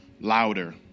louder